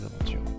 aventures